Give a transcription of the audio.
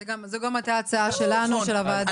זאת גם הייתה ההצעה שלנו, של הוועדה.